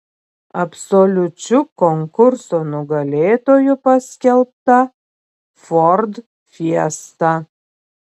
absoliučiu konkurso nugalėtoju paskelbta ford fiesta